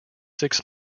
six